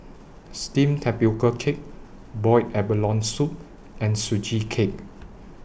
Steamed Tapioca Cake boiled abalone Soup and Sugee Cake